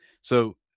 So-